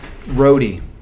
Roadie